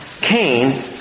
Cain